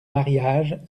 mariage